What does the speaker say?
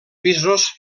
pisos